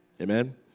Amen